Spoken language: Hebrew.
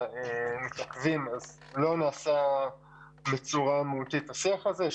מתעכבים אז לא נעשה בצורה מהותית השיח הזה.